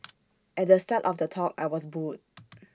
at the start of the talk I was booed